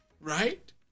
right